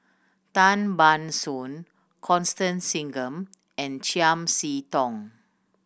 Tan Ban Soon Constance Singam and Chiam See Tong